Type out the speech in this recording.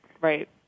Right